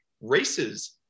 races